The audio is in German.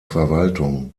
verwaltung